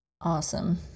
Awesome